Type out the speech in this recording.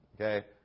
Okay